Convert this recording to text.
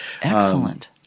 Excellent